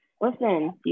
listen